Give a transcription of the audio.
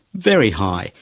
very high,